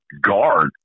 guard